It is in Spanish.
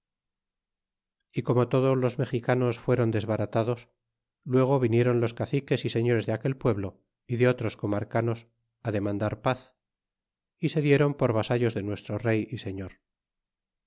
y como todo los mexicanos fueron desbaratados luego vinieron los caciques y señores de aquel pueblo y de otros comarcanos fi demandar paz y se dieron por vasallos de nuestro rey y señor